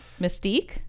Mystique